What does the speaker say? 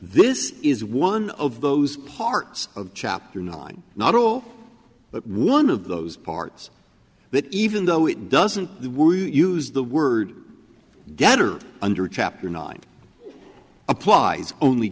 this is one of those parts of chapter nine not all but one of those parts that even though it doesn't use the word getter under chapter nine applies only